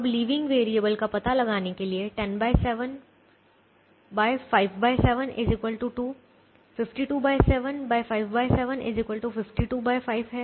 अब leaving variable का पता लगाने के लिए 107 57 2 527 57 525 है